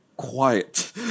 Quiet